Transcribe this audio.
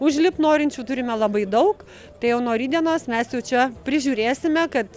užlipt norinčių turime labai daug tai jau nuo rytdienos mes jau čia prižiūrėsime kad